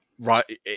Right